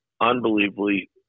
unbelievably